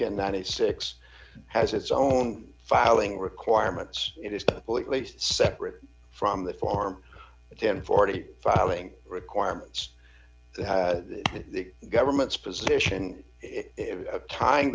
can ninety six has its own filing requirements it is separate from the farm then forty filing requirements the government's position tying